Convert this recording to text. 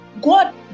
God